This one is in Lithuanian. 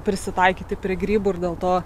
prisitaikyti prie grybų ir dėl to